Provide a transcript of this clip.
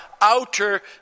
outer